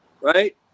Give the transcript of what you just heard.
right